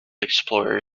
explorer